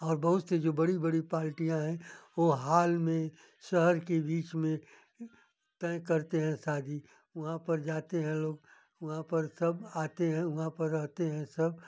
और बहुत से जो बड़ी बड़ी पार्टियाँ हैं वो हाल में शहर के बीच में तय करते हैं शादी वहाँ पर जाते हैं लोग वहाँ पर सब आते हैं वहाँ पर रहते हैं सब